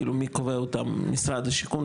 כאילו, מי קובע אותם, משרד השיכון?